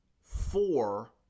four